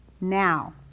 now